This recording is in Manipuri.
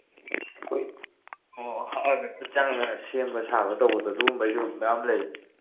ꯑꯣ ꯍꯛꯑꯒ ꯈꯨꯠ ꯆꯪꯅ ꯁꯦꯝꯕ ꯁꯥꯕ ꯇꯧꯕꯗꯣ ꯑꯗꯨꯒꯨꯝꯕꯒꯤꯁꯨ ꯃꯌꯥꯝ ꯂꯩ